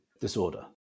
disorder